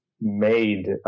made